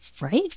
right